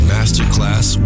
Masterclass